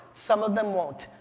some of them won't.